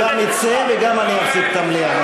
הוא גם יצא וגם אני אפסיק את המליאה,